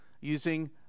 using